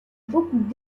beaucoup